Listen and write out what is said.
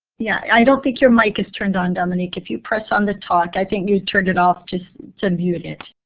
yeah i don't think your mic is turned on, dominique. if you press on the top i think you turned it off just to mute it.